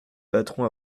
patron